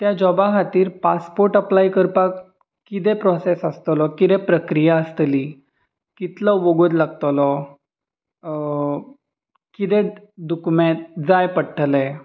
त्या जॉबा खातीर पासपोर्ट अप्लाय करपाक कितें प्रोसेस आसतलो कितें प्रक्रिया आसतली कितलो वोगोद लागतलो किदें दुकुमेंत जाय पडटले